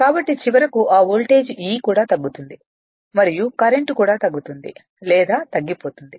కాబట్టి చివరకు ఆ వోల్టేజ్ E కూడా తగ్గుతుంది మరియు కరెంట్ కూడా తగ్గుతుంది లేదా తగ్గిపోతుంది